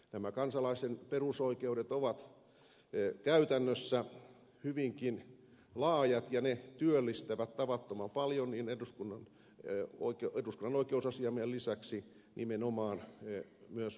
nämä kansalaisen perusoikeudet ovat käytännössä hyvinkin laajat ja ne työllistävät tavattoman paljon niin eduskunnalla ei voiteta koska eduskunnan oikeusasiamiehen lisäksi nimenomaan myös oikeuskansleria